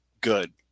good